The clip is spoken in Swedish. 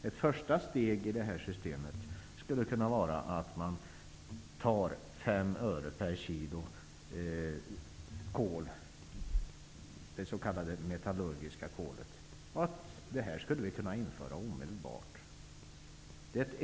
Ett första steg mot ett sådant system skulle kunna vara att ta ut 5 öre per kilo på det s.k. metallurgiska kolet, och det skulle kunna genomföras omedelbart.